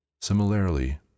Similarly